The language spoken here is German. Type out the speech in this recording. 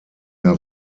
der